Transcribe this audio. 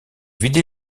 vidé